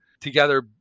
Together